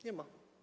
Nie ma.